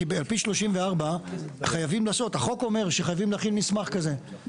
כי החוק אומר שחייבים להכין מסמך כזה.